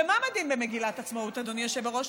ומה אומרים במגילת העצמאות, אדוני היושב-ראש?